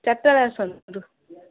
ଚାରିଟା ବେଳେ ଆସନ୍ତୁ